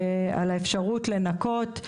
על האפשרות לנכות.